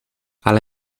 ale